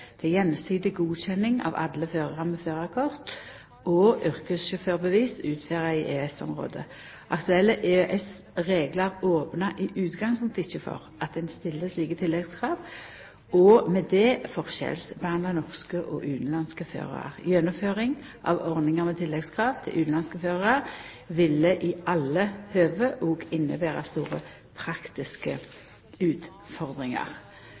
til gjensidig godkjenning av alle førarar med førarkort og yrkessjåførbevis utferda i EØS-området. Aktuelle EØS-reglar opnar i utgangspunktet ikkje for at ein stiller slike tilleggskrav og med det forskjellsbehandlar norske og utanlandske førarar. Gjennomføring av ordningar med tilleggskrav til utanlandske førarar ville i alle høve òg innebera store praktiske utfordringar.